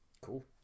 cool